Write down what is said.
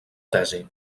tesi